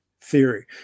theory